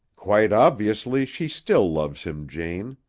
quite obviously she still loves him, jane.